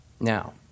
Now